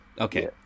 Okay